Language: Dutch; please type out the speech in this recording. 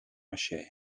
maché